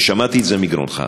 ושמעתי את זה מגרונך.